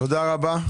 תודה רבה.